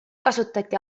kasutati